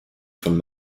von